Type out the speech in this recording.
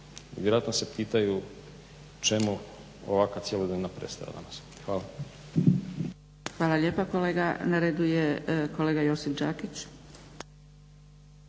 Vjerojatno se pitaju čemu ovaka cjelodnevna predstava danas. Hvala. **Zgrebec, Dragica (SDP)** Hvala lijepa kolega. Na redu je kolega Josip Đakić.